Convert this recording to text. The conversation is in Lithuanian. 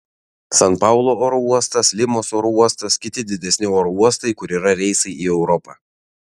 san paulo oro uostas limos oro uostas kiti didesni oro uostai kur yra reisai į europą